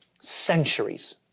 centuries